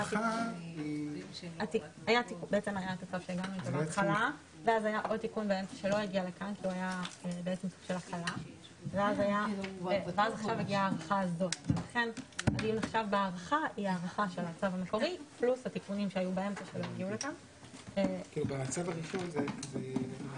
10:51.